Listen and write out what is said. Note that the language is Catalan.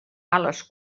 ales